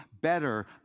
better